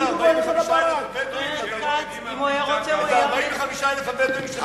את ה-45,000 בדואים בדרום?